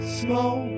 small